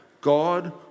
God